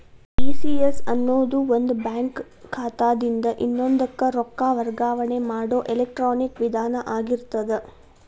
ECS ಅನ್ನೊದು ಒಂದ bank ಖಾತಾದಿನ್ದ ಇನ್ನೊಂದಕ್ಕ ರೊಕ್ಕ ವರ್ಗಾವಣೆ ಮಾಡೊ ಎಲೆಕ್ಟ್ರಾನಿಕ್ ವಿಧಾನ ಆಗಿರ್ತದ